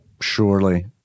Surely